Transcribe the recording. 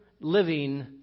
living